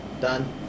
done